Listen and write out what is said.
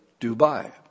Dubai